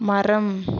மரம்